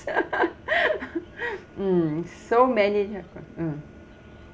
mm so many type of mm